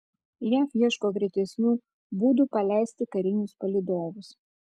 jav ieško greitesnių būdų paleisti karinius palydovus